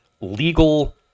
legal